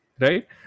right